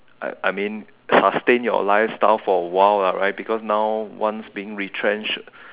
I I mean sustain your lifestyle for a while lah right because now once being retrenched